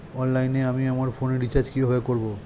অনলাইনে আমি আমার ফোনে রিচার্জ কিভাবে করব?